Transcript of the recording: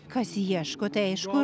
kas ieško tai aišku